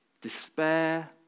despair